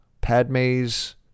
Padme's